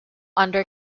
under